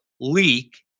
leak